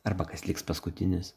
arba kas liks paskutinis